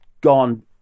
gone